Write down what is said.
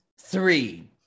three